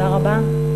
תודה לכם.